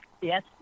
Yes